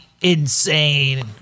insane